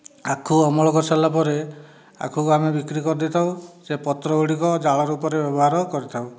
ଆଖୁ ଅମଳ କରିସାରିଲା ପରେ ଆଖୁକୁ ଆମେ ବିକ୍ରି କରିଦେଇ ଥାଉ ସେ ପତ୍ରକୁ ଆମେ ଜାଳ ରୂପରେ ବ୍ୟବହାର କରିଥାଉ